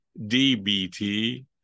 DBT